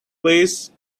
please